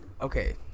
Okay